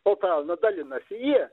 o pelną dalinasi jie